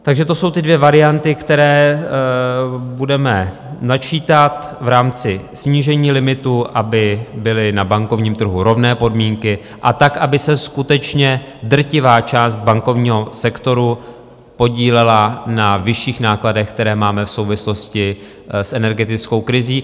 Takže to jsou ty dvě varianty, které budeme načítat v rámci snížení limitu, aby byly na bankovním trhu rovné podmínky a aby se skutečně drtivá část bankovního sektoru podílela na vyšších nákladech, které máme v souvislosti s energetickou krizí.